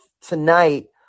tonight